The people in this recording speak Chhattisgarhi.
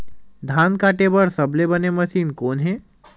धान काटे बार सबले बने मशीन कोन हे?